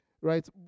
right